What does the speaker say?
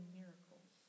miracles